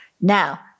Now